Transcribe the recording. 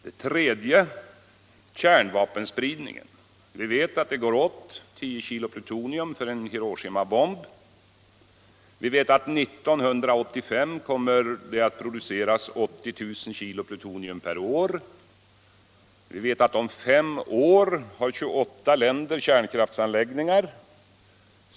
Beträffande kärnvapenspridningen vet vi att det går åt 10 kilo plutonium för att framställa en Hiroshimabomb. Vi vet att 1985 kommer det att produceras 80 000 kilo plutonium per år. Vi vet att om fem år har 28 länder kärnkraftsanläggningar.